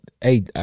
hey